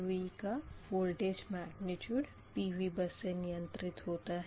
PQV का voltage magnitude PV bus से नियंत्रित होता है